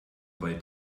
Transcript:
bei